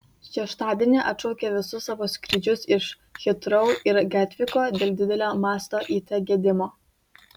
šeštadienį atšaukė visus savo skrydžius iš hitrou ir gatviko dėl didelio masto it gedimo